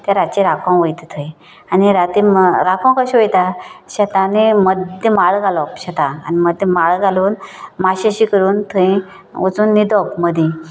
ते रातचे राको वयता थंय आनी रातीन राको कशे वयता शेतांनी मद्द माळो घालप शेता आनी तो माळो घालून मातशेशे करून थंय वचोन न्हिदप मदीं